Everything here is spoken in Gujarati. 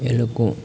એ લોકો